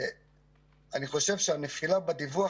אני חושב שהנפילה בדיווח,